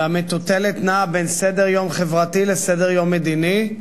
והמטוטלת נעה בין סדר-יום חברתי לסדר-יום מדיני,